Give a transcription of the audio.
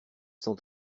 cent